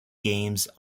games